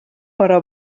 però